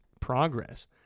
progress